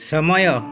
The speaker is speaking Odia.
ସମୟ